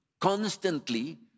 constantly